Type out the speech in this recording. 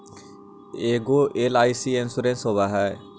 ऐगो LIC insurance होव है?